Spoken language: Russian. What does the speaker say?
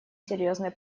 серьезной